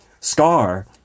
scar